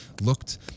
looked